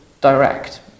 direct